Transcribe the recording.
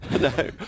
no